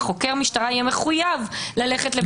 חוקר המשטרה יהיה מחויב ללכת לבית משפט.